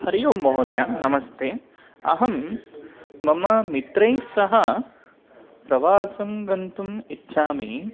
हरिः ओं महोदय नमस्ते अहं मम मित्रैस्सह प्रवासं गन्तुम् इच्छामि